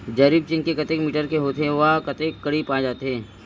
जरीब चेन कतेक मीटर के होथे व कतेक कडी पाए जाथे?